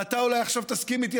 ואתה אולי עכשיו תסכים איתי,